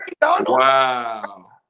wow